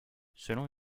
selon